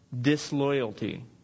disloyalty